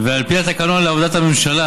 על פי התקנון לעבודת הממשלה,